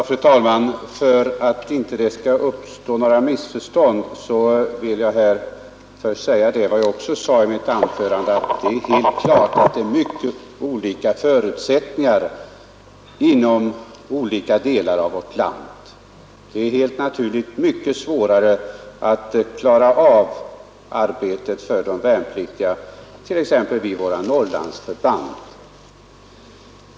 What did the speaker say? Fru talman! För att det inte skall uppstå några missförstånd vill jag först upprepa vad jag sade i mitt tidigare anförande, nämligen att det är klart att det finns många olika förutsättningar inom olika delar av vårt land. Det är helt naturligt mycket svårare att exempelvis vid våra Norrlandsförband skaffa arbete åt de uttryckande värnpliktiga.